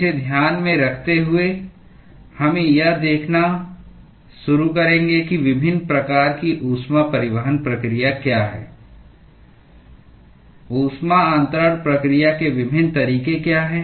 इसे ध्यान में रखते हुए हम यह देखना शुरू करेंगे कि विभिन्न प्रकार की ऊष्मा परिवहन प्रक्रिया क्या है ऊष्मा अन्तरण प्रक्रिया के विभिन्न तरीके क्या हैं